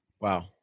wow